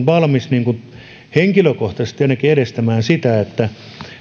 valmis ainakin henkilökohtaisesti edistämään sitä että